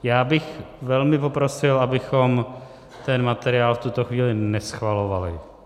Já bych velmi poprosil, abychom ten materiál v tuto chvíli neschvalovali.